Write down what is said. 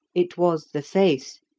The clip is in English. it was the faith,